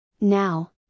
Now